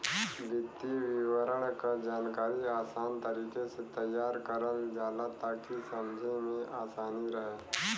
वित्तीय विवरण क जानकारी आसान तरीके से तैयार करल जाला ताकि समझे में आसानी रहे